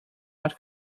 not